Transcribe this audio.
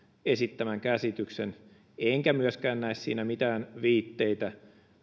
esittämän käsityksen enkä myöskään näe siinä mitään viitteitä